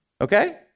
okay